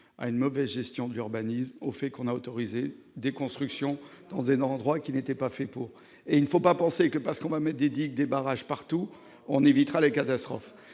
à une mauvaise gestion d'urbanisme au fait qu'on a autorisé des constructions en dénonçant droit qui n'était pas fait pour et il ne faut pas penser que parce qu'on met des digues, des barrages partout on évitera les catastrophes,